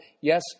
yes